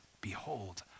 behold